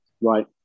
right